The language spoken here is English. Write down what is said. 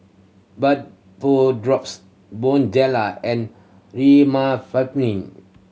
Vapodrops and